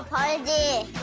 why did